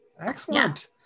Excellent